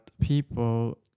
people